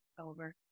over